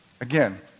again